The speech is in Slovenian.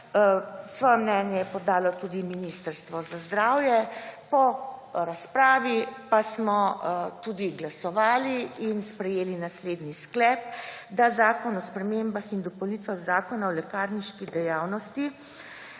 Svoje mnenje je podalo tudi Ministrstvo za zdravje. Po razpravi pa smo tudi glasovali in sprejeli naslednji sklep, da Zakon o spremembah in dopolnitvah Zakona o lekarniški dejavnosti